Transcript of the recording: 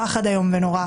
היה פחד איום ונורא,